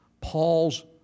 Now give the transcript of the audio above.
Paul's